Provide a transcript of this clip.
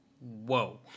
Whoa